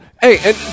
Hey